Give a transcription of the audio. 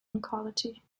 oncology